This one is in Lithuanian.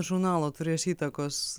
žurnalo turės įtakos